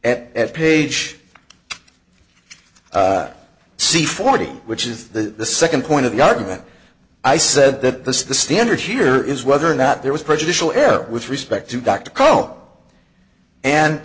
at page c forty which is the second point of the argument i said that this is the standard here is whether or not there was prejudicial error with respect to